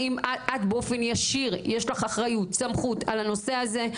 האם באופן ישיר יש לך אחריות סמכות על הנושא הזה.